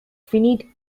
finite